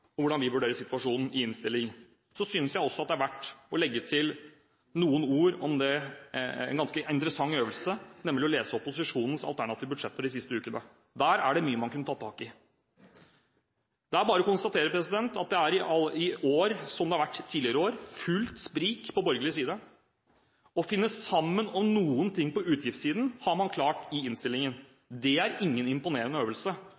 og hvordan vi vurderer situasjonen. Men det er også verdt å legge til noen ord om en ganske interessant øvelse, nemlig å lese opposisjonens alternative budsjetter de siste ukene. Der er det mye man kunne tatt tak i. Det er bare å konstatere at det er – som tidligere år – fullt sprik på borgerlig side. Å finne sammen om noen ting på utgiftssiden har man klart i innstillingen. Det er ingen imponerende øvelse